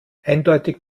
eindeutig